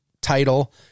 title